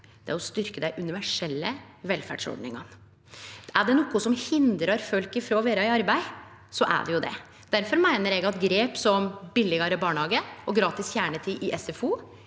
me gjer, å styrkje dei universelle velferdsordningane. Er det noko som hindrar folk frå å vere i arbeid, er det jo det. Difor meiner eg at grep som billegare barnehage og gratis kjernetid i SFO